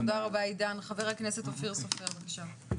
תודה רבה עידן, חבר הכנסת אופיר סופר, בבקשה.